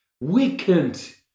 Weakened